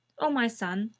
o my son,